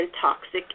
toxic